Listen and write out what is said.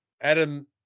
adam